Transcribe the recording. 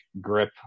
grip